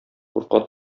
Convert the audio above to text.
курка